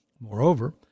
Moreover